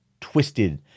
twisted